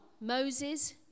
Moses